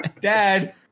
Dad